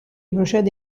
procede